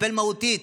לטפל מהותית.